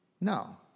no